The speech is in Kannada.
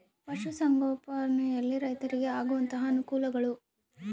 ಪಶುಸಂಗೋಪನೆಯಲ್ಲಿ ರೈತರಿಗೆ ಆಗುವಂತಹ ಅನುಕೂಲಗಳು?